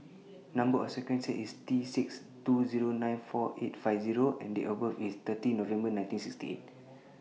Number sequence IS T six two Zero nine four eight five O and Date of birth IS thirty November nineteen sixty eight